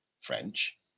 French